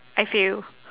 I fail